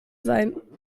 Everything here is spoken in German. sein